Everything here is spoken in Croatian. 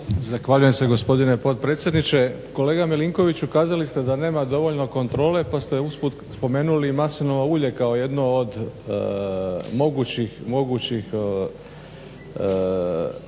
Zahvaljujem se gospodine potpredsjedniče. Kolega Milinković ukazali ste da nema dovoljno kontrole pa ste usput spomenuli i maslinovo ulje kao jedno od mogućih